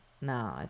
no